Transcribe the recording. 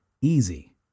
easy